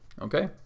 Okay